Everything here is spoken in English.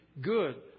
good